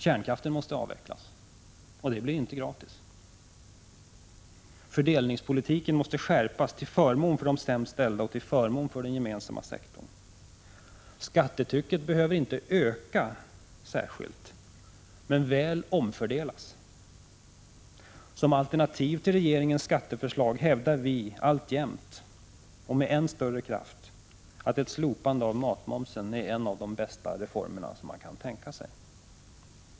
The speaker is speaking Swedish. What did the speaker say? Kärnkraften måste avvecklas, och det sker inte gratis. Fördelningspolitiken måste skärpas till förmån för de sämst ställda och till förmån för den gemensamma sektorn. Skattetrycket behöver inte öka särskilt mycket, men väl omfördelas. Som alternativ till regeringens skatteförslag hävdar vi alltjämt och med än större kraft att ett slopande av matmomsen är en av de bästa reformer som man kan tänka sig.